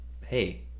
hey